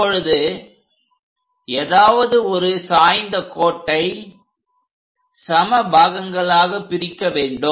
இப்பொழுது ஏதாவது ஒரு சாய்ந்த கோட்டை சம பாகங்களாக பிரிக்க வேண்டும்